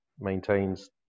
maintains